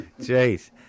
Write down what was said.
Jeez